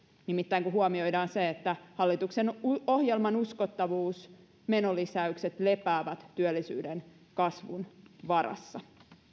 nimittäin kun huomioidaan se että hallituksen ohjelman uskottavuus ja menolisäykset lepäävät työllisyyden kasvun varassa